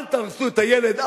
אל תהרסו את הילד,